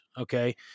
okay